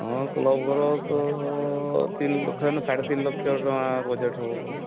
ହଁ କ୍ଲବ୍ ଘର ତ ତିନି ଲକ୍ଷ ନା ସାଢେ ତିନି ଲକ୍ଷ ଟଙ୍କା ବଜେଟ୍ ହେବ ପରା